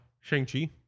Shang-Chi